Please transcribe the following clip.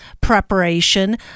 preparation